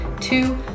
two